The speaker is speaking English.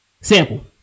Sample